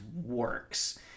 works